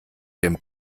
dem